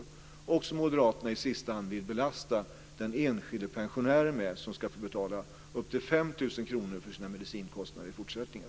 I sista hand vill ju moderaterna belasta den enskilde pensionären med den här kostnaden. Den enskilde pensionären kommer att få betala upp till 5 000 kr för sina medicinkostnader i fortsättningen.